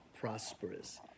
prosperous